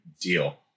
deal